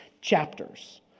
chapters